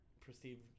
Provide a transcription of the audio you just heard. perceived